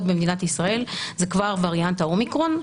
במדינת ישראל זה כבר ווריאנט האומיקרון.